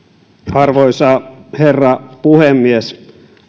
arvoisa herra puhemies